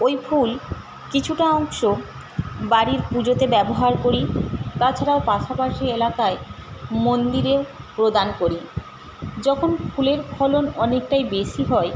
ওই ফুল কিছুটা অংশ বাড়ির পুজোতে ব্যবহার করি তা ছাড়া পাশাপাশি এলাকায় মন্দিরে প্রদান করি যখন ফুলের ফলন অনেকটাই বেশি হয়